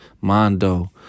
Mondo